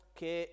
che